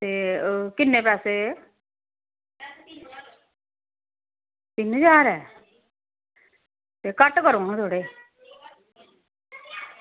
ते किन्नें पैसे तिन्न ज्हार ऐ ते घट्ट करो हां थोह्ड़े